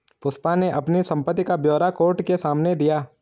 पुष्पा ने अपनी संपत्ति का ब्यौरा कोर्ट के सामने दिया